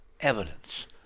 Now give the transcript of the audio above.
evidence